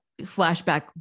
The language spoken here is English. flashback